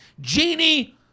genie